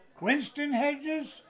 Winston-Hedges